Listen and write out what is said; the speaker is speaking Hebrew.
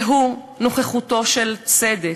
שהוא נוכחותו של צדק.